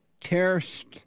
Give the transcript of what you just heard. terrorist